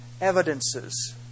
Evidences